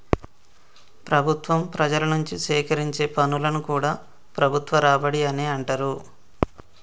ప్రభుత్వం ప్రజల నుంచి సేకరించే పన్నులను కూడా ప్రభుత్వ రాబడి అనే అంటరు